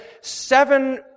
seven